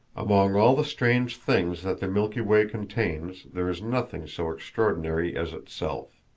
among all the strange things that the milky way contains there is nothing so extraordinary as itself.